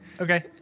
Okay